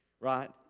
right